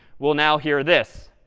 we'll now hear this.